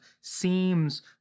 seems